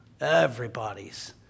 everybody's